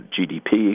GDP